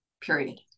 period